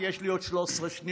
כי יש לי עוד 13 שניות,